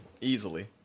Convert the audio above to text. Easily